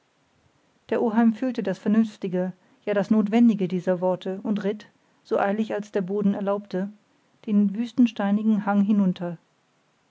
der oheim fühlte das vernünftige ja das notwendige dieser worte und ritt so eilig als der boden erlaubte den wüsten steinigen hang hinunter